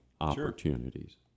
opportunities